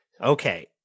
Okay